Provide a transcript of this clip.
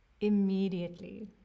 immediately